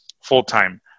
full-time